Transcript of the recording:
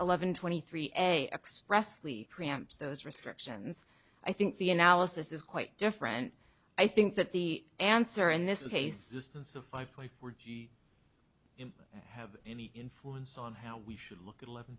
eleven twenty three expressly pre amps those restrictions i think the analysis is quite different i think that the answer in this case is distance of five point four g have any influence on how we should look at eleven